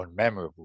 unmemorable